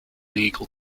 eagle